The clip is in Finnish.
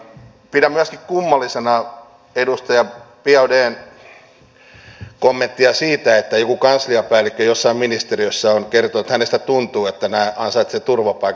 pidän myöskin kummallisena edustaja biaudetn kommenttia siitä että joku kansliapäällikkö jossain ministeriössä on kertonut että hänestä tuntuu että nämä ansaitsevat turvapaikan